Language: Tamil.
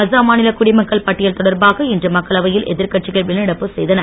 அஸ்ஸாம் மாநில குடிமக்கள் பட்டியல் தொடர்பாக இன்று மக்களவையில் எதிர்கட்சிகள் வெளிநடப்பு செய்தன